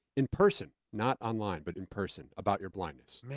in person? not online, but in person, about your blindness? man.